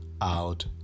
out